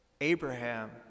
Abraham